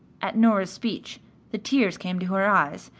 at nora's speech the tears came to her eyes,